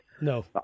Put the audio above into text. No